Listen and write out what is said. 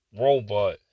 robot